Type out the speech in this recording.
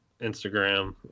Instagram